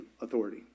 authority